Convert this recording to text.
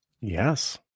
Yes